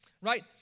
Right